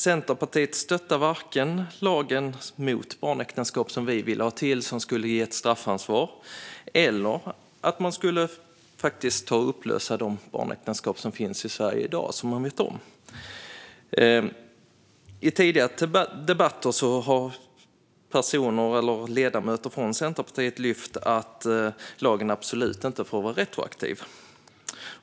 Centerpartiet stöttar varken den lag mot barnäktenskap som vi vill ha och som skulle innebära ett straffansvar eller att man upplöser de barnäktenskap som finns i Sverige i dag och som man känner till. I tidigare debatter har ledamöter från Centerpartiet lyft fram att lagen absolut inte får vara retroaktiv.